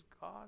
God